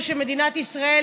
עד עשר דקות, בבקשה.